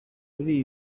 kuri